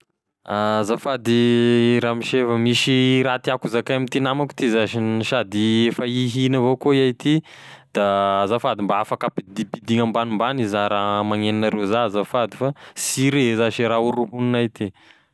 Azafady ramose, fa misy raha tiàko hozakay amty namako ty zash sady efa ihigna avao koa iahy ty, da azafady mba afaky ampidimpidigny ambanimbany iza raha magnenognareo za azafady fa sy re zash e raha horohognignay ty.